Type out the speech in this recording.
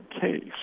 Case